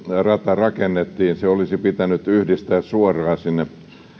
rakennettiin se olisi pitänyt yhdistää suoraan sinne